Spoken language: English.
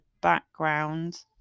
background